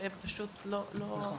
הן פשוט לא --- נכון.